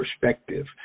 perspective